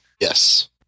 Yes